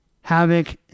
Havoc